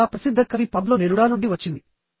ఇది చాలా ప్రసిద్ధ కవి పాబ్లో నెరుడా నుండి వచ్చింది